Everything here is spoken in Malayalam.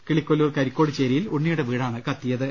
കിളികൊല്ലൂർ കരിക്കോട് ചേരിയിൽ ഉണ്ണിയുടെ വീടാണ് കത്തിയത്